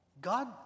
God